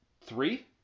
three